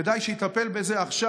כדאי שיטפל בזה עכשיו.